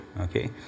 okay